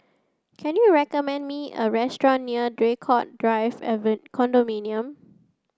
can you recommend me a restaurant near Draycott Drive Condominium